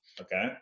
Okay